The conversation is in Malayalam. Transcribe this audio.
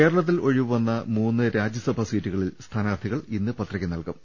കേരളത്തിൽ ഒഴിവുവന്ന് മൂന്ന് രാജ്യസഭാ സീറ്റുകളിൽ സ്ഥാനാർത്ഥികൾ ഇന്ന് പത്രിക നൽകും